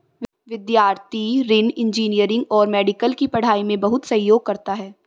विद्यार्थी ऋण इंजीनियरिंग और मेडिकल की पढ़ाई में बहुत सहयोग करता है